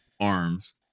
arms